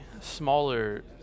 smaller